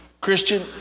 Christian